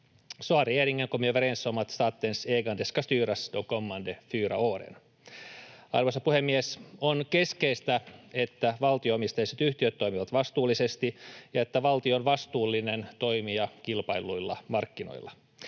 Arvoisa puhemies! On keskeistä, että valtio-omisteiset yhtiöt toimivat vastuullisesti ja että valtio on vastuullinen toimija kilpailluilla markkinoilla.